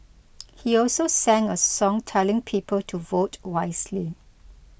he also sang a song telling people to vote wisely